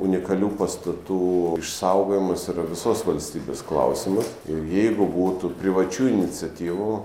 unikalių pastatų išsaugojimas yra visos valstybės klausimas ir jeigu būtų privačių iniciatyvų